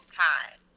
time